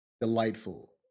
delightful